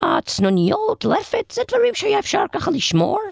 הצנוניות, לפת, זה דברים שהיה אפשר ככה לשמור?